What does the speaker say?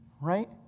right